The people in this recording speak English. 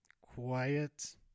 quiet